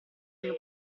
mio